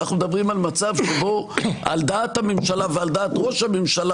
אנחנו מדברים על מצב שבו על דעת הממשלה ועל דעת ראש הממשלה,